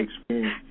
experience